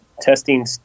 testing